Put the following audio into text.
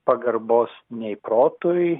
pagarbos nei protui